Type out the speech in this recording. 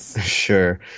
Sure